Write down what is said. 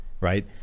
right